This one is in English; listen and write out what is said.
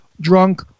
drunk